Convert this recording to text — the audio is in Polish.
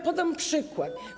Podam przykład.